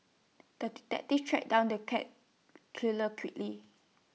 the detective tracked down the cat killer quickly